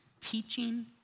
teaching